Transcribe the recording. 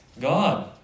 God